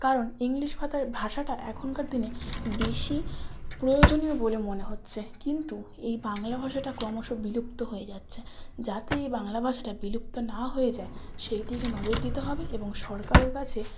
কারণ ইংলিশ ভাষাটা এখনকার দিনে বেশি প্রয়োজনীয় বলে মনে হচ্ছে কিন্তু এই বাংলা ভাষাটা ক্রমশ বিলুপ্ত হয়ে যাচ্ছে যাতে এই বাংলা ভাষাটা বিলুপ্ত না হয়ে যায় সেই দিকে নজর দিতে হবে এবং সরকারের কাছে